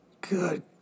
Good